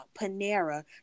Panera